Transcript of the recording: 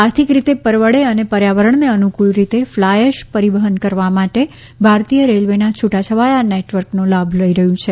આર્થિક રીતે પરવડે અને પર્યાવરણને અનુકૂળ રીતે ફ્લાય એશ પરિવહન કરવા માટે ભારતીય રેલ્વેના છૂટાછવાયા નેટવર્કનો લાભ લઈ રહ્યું છે